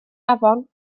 afon